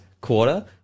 quarter